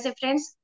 friends